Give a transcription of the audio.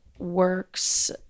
works